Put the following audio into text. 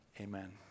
Amen